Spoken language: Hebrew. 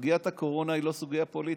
סוגיית הקורונה היא לא סוגיה פוליטית,